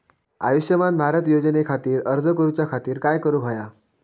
आयुष्यमान भारत योजने खातिर अर्ज करूच्या खातिर काय करुक होया?